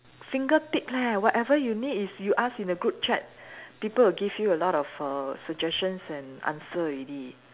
fingertip leh whatever you need is you ask in the group chat people will give you a lot of err suggestions and answer already